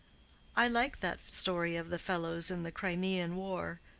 i like that story of the fellows in the crimean war,